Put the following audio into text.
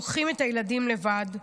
לוקחים את הילדים לבד,